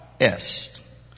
Est